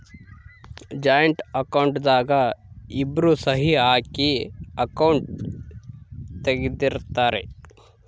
joint account ದಾಗ ಇಬ್ರು ಸಹಿ ಹಾಕಿ ಅಕೌಂಟ್ ತೆಗ್ದಿರ್ತರ್